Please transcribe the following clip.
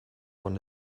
von